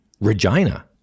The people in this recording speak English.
regina